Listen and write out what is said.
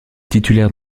titulaire